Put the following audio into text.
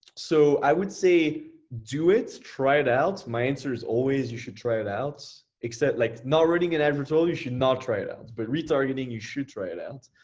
so i would say do it, try it out. my answer is always you should try it out. except like not writing an advertorial, you should not try it out. but retargeting you should try it out.